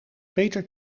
peter